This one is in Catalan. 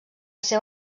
seu